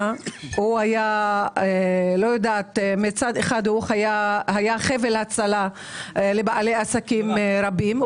היה מצד אחד חבל הצלה לבעלי עסקים רבים,